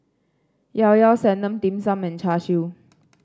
Llao Llao Sanum Dim Sum and Char Siu